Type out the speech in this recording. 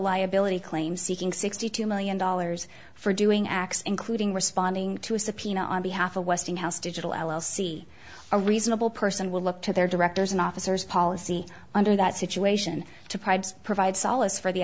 liability claim seeking sixty two million dollars for doing acts including responding to a subpoena on behalf of westinghouse digital l l c a reasonable person will look to their directors and officers policy under that situation to pride provide solace for the